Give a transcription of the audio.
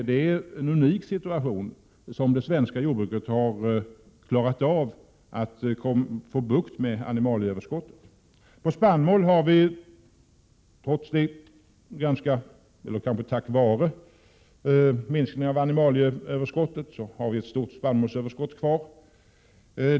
Det är en unik situation att det svenska jordbruket har klarat av att få bukt med animalieöverskottet. I fråga om spannmål har vi — trots eller tack vare minskningen av animalieöverskottet — ett stort överskott kvar.